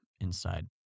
inside